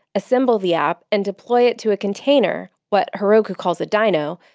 assemble the app, and deploy it to a container, what heroku calls a dyno,